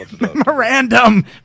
Memorandum